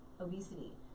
obesity